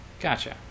gotcha